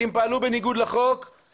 אם פעלו בניגוד לחוק אסור שזה יקרה.